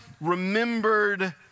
remembered